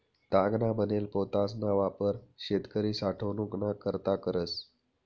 तागना बनेल पोतासना वापर शेतकरी साठवनूक ना करता करस